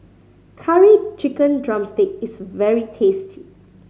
Curry Chicken drumstick is very tasty